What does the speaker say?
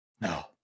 No